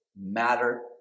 matter